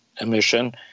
emission